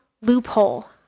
loophole